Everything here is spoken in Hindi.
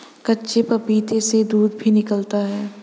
कच्चे पपीते से दूध भी निकलता है